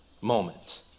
moment